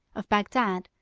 of bagdad,